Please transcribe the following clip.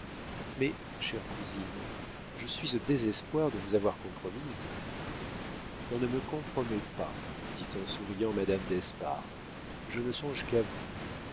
mais chère cousine je suis au désespoir de vous avoir compromise on ne me compromet pas dit en souriant madame d'espard je ne songe qu'à vous